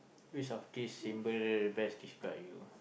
which of this symbol best describe you